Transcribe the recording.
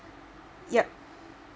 yup